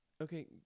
Okay